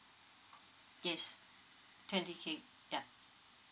yes twenty k yup